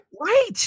right